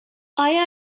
آیا